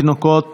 תינוקות,